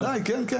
בוודאי, כן.